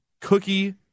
cookie